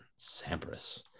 Sampras